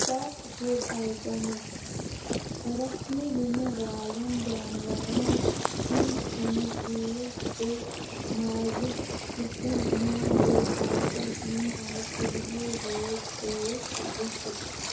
پٮ۪ٹ food items رچھنہٕ یِنہٕ والٮ۪ن جانوَرن ہٕنٛدۍ کھٮ۪نہٕ چیٖز تہٕ مازٕکۍ قٕسٕم نان ویٚج آیٹَم یِم اَز صُبحٲے وٲتۍ ٲسۍ ؤسِتھ